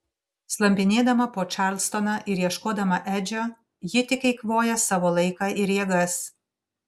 slampinėdama po čarlstoną ir ieškodama edžio ji tik eikvoja savo laiką ir jėgas